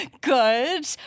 Good